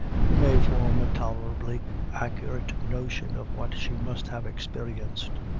we may form a tolerably accurate notion of what she must have experienced.